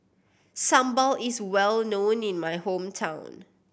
sambal is well known in my hometown